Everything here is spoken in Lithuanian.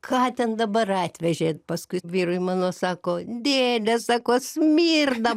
ką ten dabar atvežė paskui vyrui mano sako dėde sako smirda